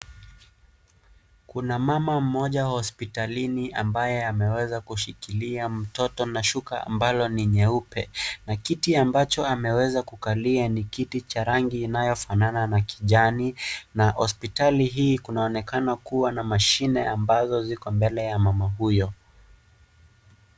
Kuna mama mmoja wa hospitalini, ambaye ameweza kushikilia mtoto na shuka ambalo ni nyeupe na kiti ambacho, ameweza kukalia ni kiti cha rangi Inayofanana na kijani na hospitali hii, kunaonekana kuwa na mashine ambazo ziko mbele ya mama huyo.